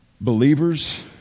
Believers